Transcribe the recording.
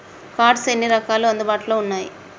Cards ఎన్ని రకాలు అందుబాటులో ఉన్నయి?